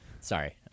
Sorry